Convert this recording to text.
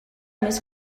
més